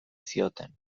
zioten